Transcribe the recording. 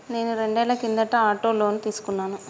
నేను రెండేళ్ల కిందట ఆటో లోను తీసుకున్నాను